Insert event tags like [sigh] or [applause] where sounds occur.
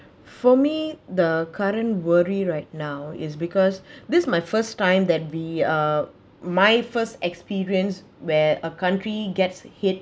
for me the current worry right now is because [breath] this is my first time that we uh my first experience where a country gets hit